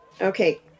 Okay